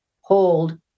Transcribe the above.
hold